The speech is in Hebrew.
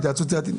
התייעצות סיעתית.